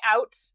out